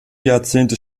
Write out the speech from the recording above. jahrzehnte